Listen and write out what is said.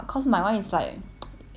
it's office working hours mah